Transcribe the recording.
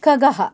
खगः